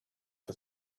for